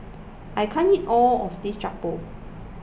I can't eat all of this Jokbal